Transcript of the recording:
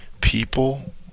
people